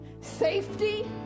safety